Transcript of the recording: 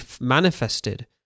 manifested